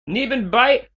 nebenbei